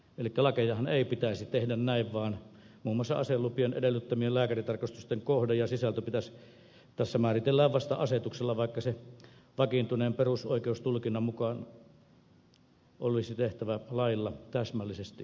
elikkä lakejahan ei pitäisi tehdä näin vaan muun muassa aselupien edellyttämien lääkärintarkastusten kohde ja sisältö määritellään vasta asetuksella vaikka se vakiintuneen perusoikeustulkinnan mukaan olisi tehtävä lailla täsmällisesti ja selvästi